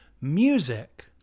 music